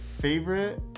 favorite